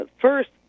first